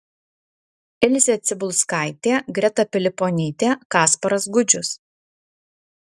ilzė cibulskaitė greta piliponytė kasparas gudžius